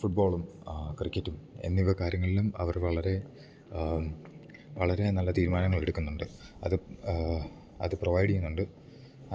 ഫുട്ബോളും ക്രിക്കറ്റും എന്നിവ കാര്യങ്ങൾളും അവർ വളരെ വളരേ നല്ല തീരുമാനങ്ങളെട്ക്ക്ന്നൊണ്ട് അത് അത് പ്രൊവൈഡി ചെയ്യുന്നുണ്ട് അതില്